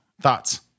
thoughts